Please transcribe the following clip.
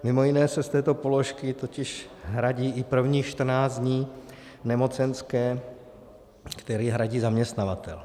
Mimo jiné se z této položky totiž hradí i prvních 14 dní nemocenské, které hradí zaměstnavatel.